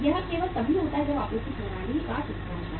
यह केवल तब होता है जब आपूर्ति प्रणाली का टूटना होता है